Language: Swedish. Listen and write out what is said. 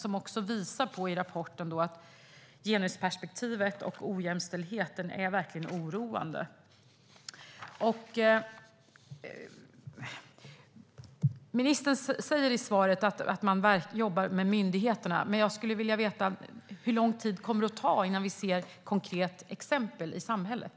Rapporten visar på att genusperspektivet och ojämställdheten verkligen är oroande. Ministern säger att man jobbar med myndigheterna. Men hur lång tid kommer det att ta innan vi kan se konkreta exempel i samhället?